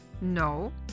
no